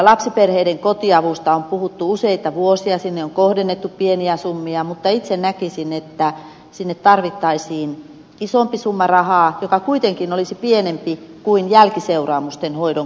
lapsiperheiden kotiavusta on puhuttu useita vuosia sinne on kohdennettu pieniä summia mutta itse näkisin että sinne tarvittaisiin isompi summa rahaa joka kuitenkin olisi pienempi kuin jälkiseuraamusten hoidon kustannukset